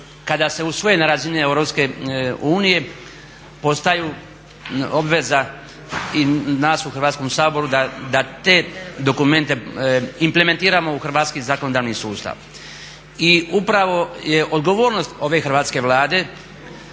kada se usvoje na razini EU postaju obveza i nas u Hrvatskom saboru da te dokumente implementiranom u hrvatski zakonodavni sustav. I upravo je odgovornost ove Hrvatske vlade